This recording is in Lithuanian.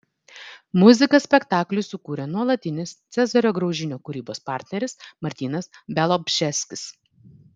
muziką spektakliui sukūrė nuolatinis cezario graužinio kūrybos partneris martynas bialobžeskis